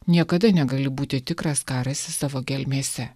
niekada negali būti tikras ką rasi savo gelmėse